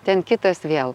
ten kitas vėl